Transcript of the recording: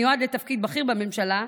המיועד לתפקיד בכיר בממשלה,